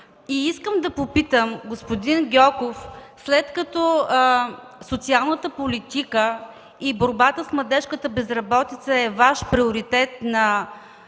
Искам да попитам, господин Гьоков, след като социалната политика и борбата с младежката безработица е Ваш приоритет –